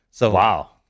Wow